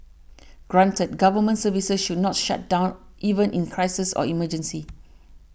granted government services should not shut down even in crises or emergencies